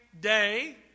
day